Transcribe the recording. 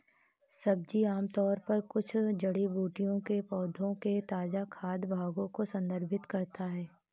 सब्जी आमतौर पर कुछ जड़ी बूटियों के पौधों के ताजा खाद्य भागों को संदर्भित करता है